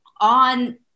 On